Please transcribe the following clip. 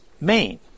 Maine